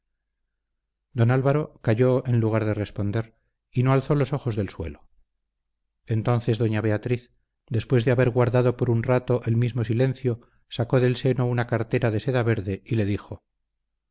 don álvaro calló en lugar de responder y no alzó los ojos del suelo entonces doña beatriz después de haber guardado por un rato el mismo silencio sacó del seno una cartera de seda verde y le dijo